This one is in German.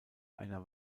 einer